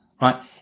Right